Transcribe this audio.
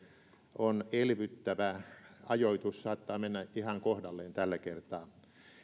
on elvyttävä ajoitus saattaa mennä ihan kohdalleen tällä kertaa